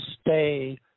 stay